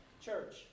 church